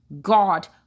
God